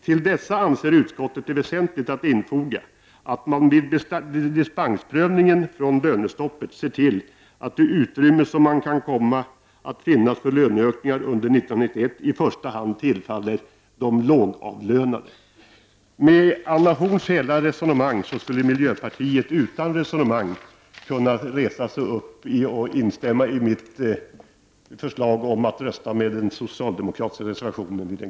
Till dessa anser utskottet det väsentligt att infoga att man vid dispensprövningen från lönestoppet ser till att det utrymme som kan komma att finnas för löneökningar under år 1991 i första hand tillfaller lågavlönade.” Att döma av Anna Horn af Rantziens hela resonemang skulle miljöpartisterna vid den kommande voteringen utan vidare kunna resa sig upp och instämma i mitt förslag om att rösta på den socialdemokratiska reservationen.